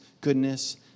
goodness